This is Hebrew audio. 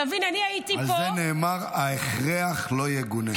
תבין, אני הייתי פה, על זה נאמר: הכרח לא יגונה.